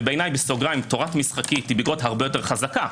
שבעיניי בסוגריים תורה משחקית היא ביקורת הרבה יותר חזקה,